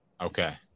Okay